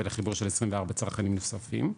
ולחיבור של 24 צרכנים נוספים.